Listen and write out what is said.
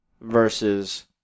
versus